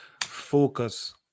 focus